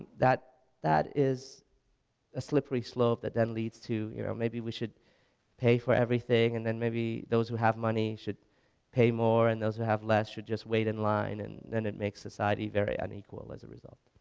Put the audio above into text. that that is a slippery slope that then leads to you know maybe we should pay for everything and then maybe those who have money should pay more and those who have less should just wait in line and it makes society very unequal as a result.